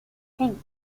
king